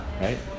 Right